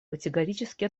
категорически